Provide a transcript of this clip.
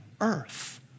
earth